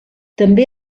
també